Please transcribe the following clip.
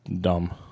dumb